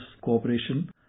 cooperation